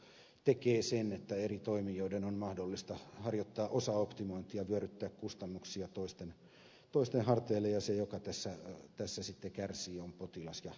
monikanavaisuushan tekee sen että eri toimijoiden on mahdollista harjoittaa osaoptimointia vyöryttää kustannuksia toisten harteille ja se joka tässä sitten kärsii on potilas ja asiakas